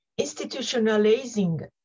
institutionalizing